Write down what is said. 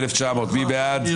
מי בעד?